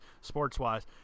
sports-wise